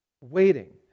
waiting